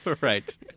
Right